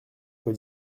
quoi